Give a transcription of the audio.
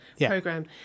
Program